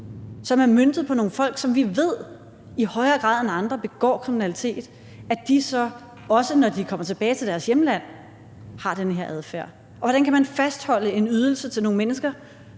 som er møntet på nogle folk, som vi ved i højere grad end andre begår kriminalitet, så har de også den her adfærd, når de kommer tilbage til deres hjemland? Og hvordan kan man fastholde en ydelse til nogle mennesker,